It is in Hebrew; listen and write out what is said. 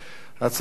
ההצעה הראשונה,